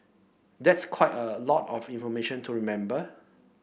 that's quite a lot of information to remember